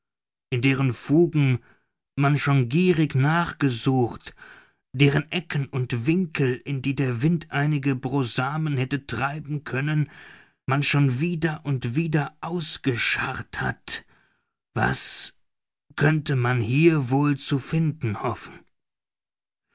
in deren fugen man schon gierig nachgesucht deren ecken und winkel in die der wind einige brosamen hätte treiben können man schon wieder und wieder ausgescharrt hat was könnte man hier wohl zu finden hoffen